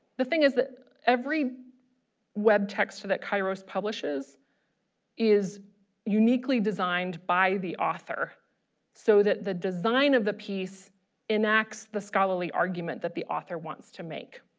the thing is that every web texture that kairos publishes is uniquely designed by the author so that the design of the piece enacts the scholarly argument that the author wants to make